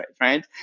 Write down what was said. right